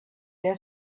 their